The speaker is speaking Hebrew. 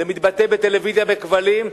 זה מתבטא בטלוויזיה בכבלים,